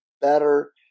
better